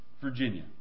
Virginia